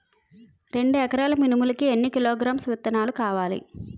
రెండు ఎకరాల మినుములు కి ఎన్ని కిలోగ్రామ్స్ విత్తనాలు కావలి?